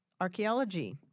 archaeology